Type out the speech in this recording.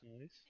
Nice